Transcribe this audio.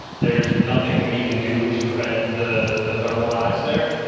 there's nothing that we can do to prevent the the thermal rise there.